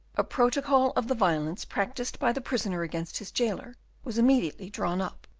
a protocol of the violence practiced by the prisoner against his jailer was immediately drawn up,